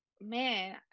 man